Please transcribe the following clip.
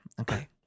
Okay